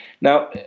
Now